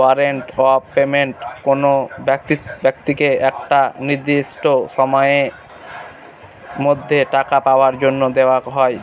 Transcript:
warrant of payment কোনো ব্যক্তিকে একটা নির্দিষ্ট সময়ের মধ্যে টাকা পাওয়ার জন্য দেওয়া হয়